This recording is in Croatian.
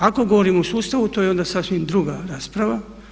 Ako govorimo o sustavu to je onda sasvim druga rasprava.